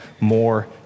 more